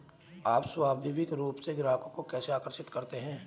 आप स्वाभाविक रूप से ग्राहकों को कैसे आकर्षित करते हैं?